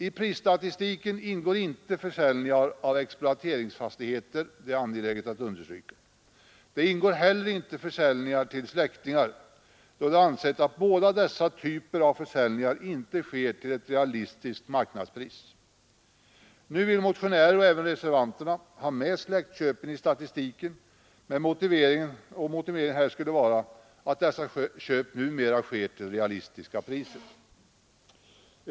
I prisstatistiken ingår inte försäljningar av exploateringsfastigheter — det är angeläget att understryka detta — eller försäljningar till släktingar, då det ansetts att båda dessa typer av försäljningar inte sker till ett realistiskt marknadspris. Nu vill motionärerna, och även reservanterna, ha med släktköpen i statistiken, och motiveringen härför skulle vara att även dessa köp numera sker till realistiska marknadspriser.